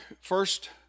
first